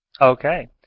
Okay